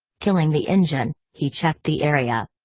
killing the engine, he checked the area.